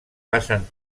passen